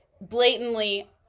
blatantly